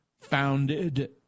founded